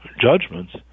judgments